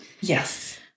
Yes